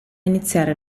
iniziare